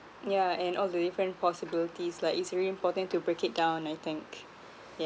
yeah and all the different possibilities like it's really important to break it down I think